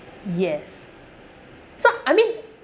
yes so I mean